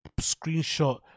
screenshot